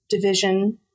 Division